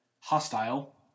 hostile